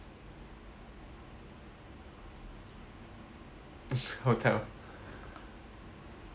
hotel